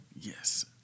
Yes